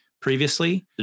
previously